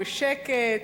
בשקט,